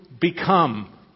become